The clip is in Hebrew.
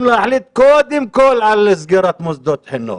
להחליט קודם כל על סגירת מוסדות החינוך.